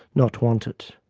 not want it.